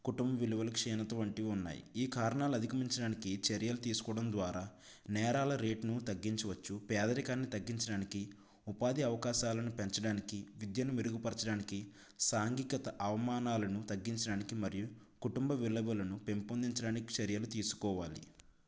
కుటుంబ విలువలు క్షీణత వంటివి ఉన్నాయి ఈ కారణాలు అధికమించడానికి చర్యలు తీసుకోవడం ద్వారా నేరాల రేట్ను తగ్గించవచ్చు పేదరికాన్ని తగ్గించడానికి ఉపాధి అవకాశాలను పెంచడానికి విద్యను మెరుగుపరచడానికి సాంఘికత అవమానాలను తగ్గించడానికి మరియు కుటుంబ విలువలను పెంపొందించడానికి చర్యలు తీసుకోవాలి